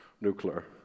nuclear